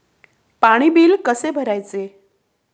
पाणी बिल कसे भरायचे?